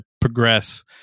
progress